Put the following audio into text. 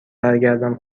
برگردم